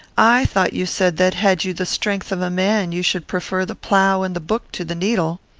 i thought you said that, had you the strength of a man, you should prefer the plough and the book to the needle.